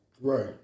Right